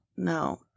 No